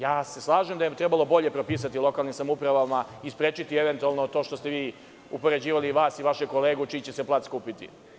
Ja se slažem da je trebalo bolje propisati lokalnim samoupravama i sprečiti eventualno to što ste vi upoređivali vas i vašeg kolegu čiji će se plac kupiti.